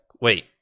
Wait